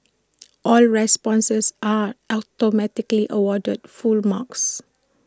all responses are automatically awarded full marks